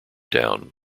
down